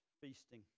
feasting